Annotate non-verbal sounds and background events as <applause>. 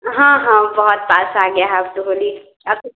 हाँ हाँ बहुत पास आ गया है अब तो होली आपको <unintelligible>